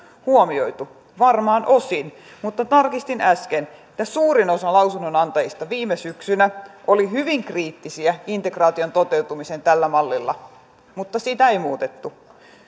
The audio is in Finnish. huomioitu varmaan osin mutta tarkistin äsken että suurin osa lausunnonantajista viime syksynä oli hyvin kriittisiä integraation toteutumista kohtaan tällä mallilla mutta sitä ei muutettu